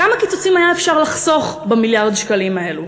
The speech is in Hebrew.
כמה קיצוצים היה אפשר לחסוך במיליארד שקלים האלו?